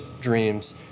dreams